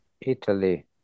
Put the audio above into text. Italy